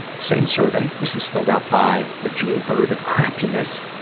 same survey. this was filled out by the j bird of crappiness,